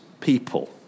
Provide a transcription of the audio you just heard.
people